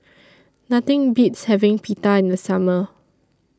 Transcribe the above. Nothing Beats having Pita in The Summer